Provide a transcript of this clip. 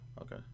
Okay